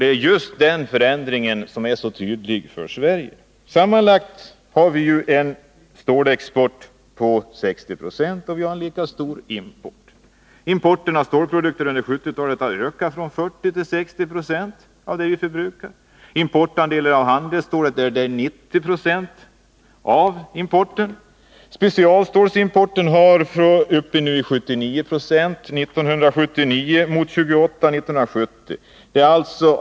Det är just den förändringen som är så tydlig i Sverige. Sammanlagt har vi en stålexport på 60 90 och en lika stor import. Importen av stålprodukter under 1970-talet har ökat från 40 till 60 26 av det vi förbrukar. Importandelen är 90 96 när det gäller handelsstål. Det importerade specialstålet utgjorde år 1979 hela 79 Io av förbrukningen i vårt land.